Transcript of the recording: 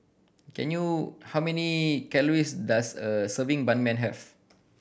can you how many calories does a serving Ban Mian have